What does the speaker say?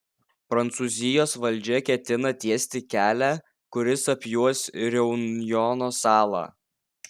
prancūzijos valdžia ketina tiesti kelią kuris apjuos reunjono salą